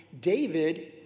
David